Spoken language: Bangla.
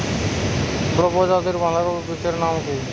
বড় প্রজাতীর বাঁধাকপির বীজের নাম কি?